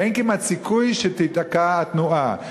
אין כמעט סיכוי שתיתקע התנועה.